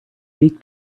week